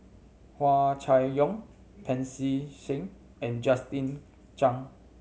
Hua Chai Yong Pancy Seng and Justin Zhuang